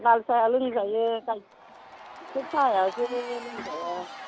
लाल साहाया लोंजायो गाइखेर साहायासो लोंजाया